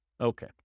Okay